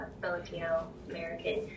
Filipino-American